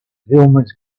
wilma’s